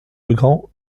legrand